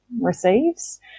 receives